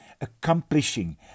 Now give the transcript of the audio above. accomplishing